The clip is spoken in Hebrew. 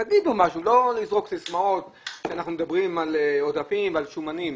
תגידו משהו ולא לזרוק סיסמאות כשאנחנו מדברים על עודפים ועל שומנים.